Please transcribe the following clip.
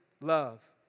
love